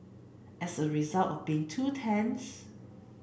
as a result of being two tents